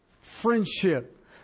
friendship